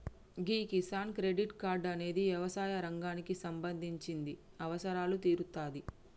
గీ Kisan credit card అనేది యవసాయ రంగానికి సంబంధించిన అవసరాలు తీరుత్తాది